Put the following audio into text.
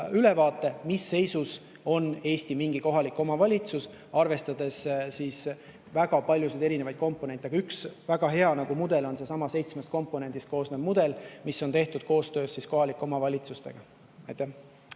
ülevaate, mis seisus on Eestis mingi kohalik omavalitsus, arvestades väga paljusid erinevaid komponente. Üks väga hea mudel on seesama seitsmest komponendist koosnev mudel, mis on tehtud koostöös kohalike omavalitsustega.